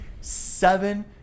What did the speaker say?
seven